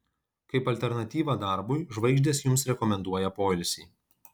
kaip alternatyvą darbui žvaigždės jums rekomenduoja poilsį